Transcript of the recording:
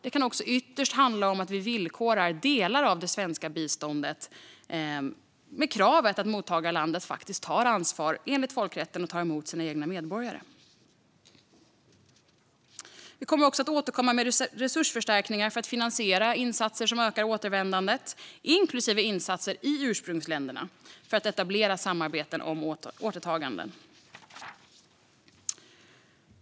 Ytterst kan det handla om att vi villkorar delar av det svenska biståndet med kravet att mottagarlandet tar ansvar enligt folkrätten och tar emot sina egna medborgare. Vi kommer också att återkomma med resursförstärkningar för att finansiera insatser som ökar återvändandet, inklusive insatser i ursprungsländerna, för att etablera samarbeten om återtaganden.